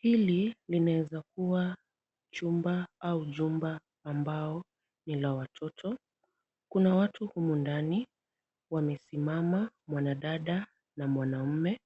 Hili inaeza kuwa chumba au jumba ambao ni la watoto. Kuna watu humo ndani wamesimama, mwanadada na mwanamume.